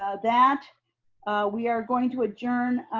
ah that we are going to adjourn.